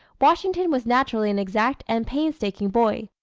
washington was naturally an exact and painstaking boy.